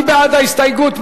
מי בעד ההסתייגות?